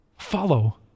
follow